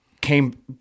came